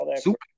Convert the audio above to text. super